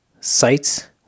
sites